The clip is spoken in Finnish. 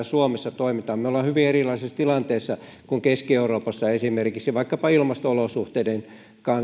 suomessa toimitaan me olemme hyvin erilaisessa tilanteessa kuin esimerkiksi keski euroopassa vaikkapa ilmasto olosuhteiden